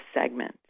segment